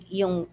yung